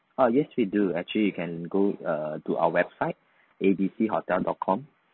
err yes we do actually you can go err to our website A B C hotel dot com